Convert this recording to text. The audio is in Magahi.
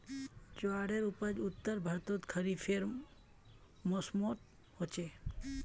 ज्वारेर उपज उत्तर भर्तोत खरिफेर मौसमोट होचे